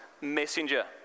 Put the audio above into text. messenger